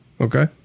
Okay